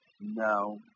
No